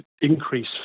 increase